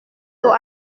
d’eau